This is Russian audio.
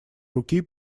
руки